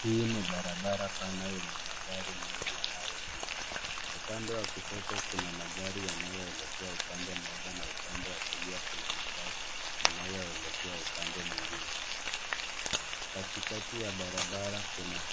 Hii ni barabara pana yenye magari mingi yanayopita. Upande wa kushoto kuna magari yanayoelekea upande mmoja na upande wa kulia kuna magari yanayoelekea upande mwingine. Katikati ya barabara kuna